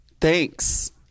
Thanks